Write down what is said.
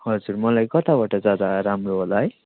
हजुर मलाई कताबाट जाँदा राम्रो होला है